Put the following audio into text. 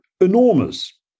enormous